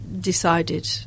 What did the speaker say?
decided